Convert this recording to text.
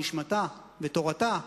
נשמתה ותורתה,